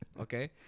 okay